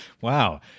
Wow